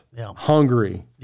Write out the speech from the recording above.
hungry